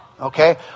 Okay